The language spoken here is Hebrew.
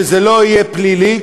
שזה לא יהיה פלילי,